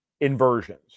inversions